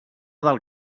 del